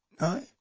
No